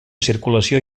circulació